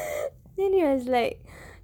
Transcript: then he was like